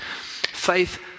faith